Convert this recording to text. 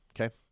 Okay